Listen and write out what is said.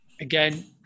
Again